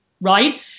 right